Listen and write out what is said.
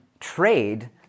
Trade